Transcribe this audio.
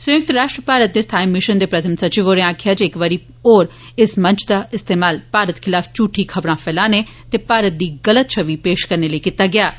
संयुक्त राष्ट्र भारत दे स्थाई मिशन दे प्रथम सचिव होरें आक्खेआ जे इक बारी होर इस मंच दा इस्तेमाल भारत खलाफ झूठी खबरां फैलने ते भारत दी गल्त शवि पेश करने लेई कीता गेआ ऐ